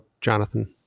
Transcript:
Jonathan